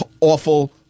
awful